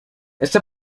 este